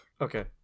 Okay